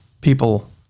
people